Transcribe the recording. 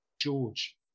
George